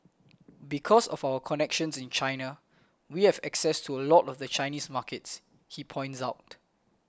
because of our connections in China we have access to a lot of the Chinese markets he points out